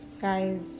Guys